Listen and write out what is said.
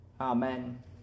Amen